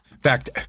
fact